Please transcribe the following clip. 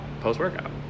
post-workout